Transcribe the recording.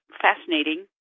fascinating